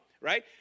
right